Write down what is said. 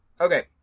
Okay